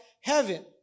heaven